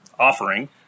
offering